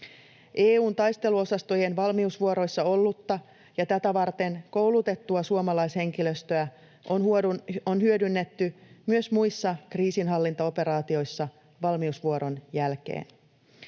EU:n taisteluosastojen valmiusvuoroissa ollutta ja tätä varten koulutettua suomalaishenkilöstöä on hyödynnetty myös muissa kriisinhallintaoperaatioissa valmiusvuoron jälkeen.